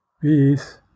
Peace